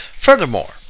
Furthermore